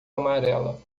amarela